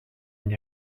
une